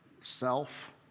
self